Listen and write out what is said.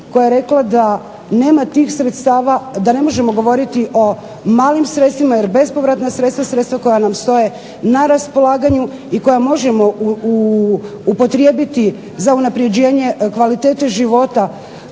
tih sredstava, da ne možemo govoriti o malim sredstvima jer bespovratna sredstva su sredstva koja nam stoje na raspolaganju i koja možemo upotrijebiti za unapređenje kvalitete života